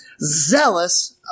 zealous